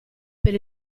per